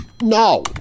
No